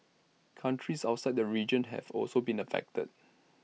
countries outside the region have also been affected